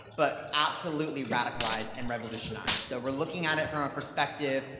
but absolutely radicalized and revolutionized. so we're looking at it from a perspective,